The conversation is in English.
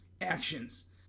actions